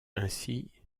ainsi